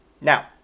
Now